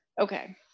okay